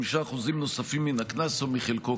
5% נוספים מן הקנס או מחלקו,